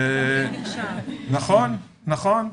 נכון, נכון,